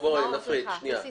אלה סיסמאות.